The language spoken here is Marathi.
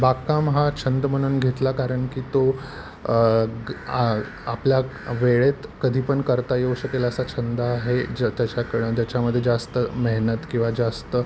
बागकाम हा छंद म्हणून घेतला कारण की तो ग् आपल्या वेळेत कधी पण करता येऊ शकेल असा छंद आहे ज् ज्याच्याकडं ज्याच्यामध्ये जास्त मेहनत किंवा जास्त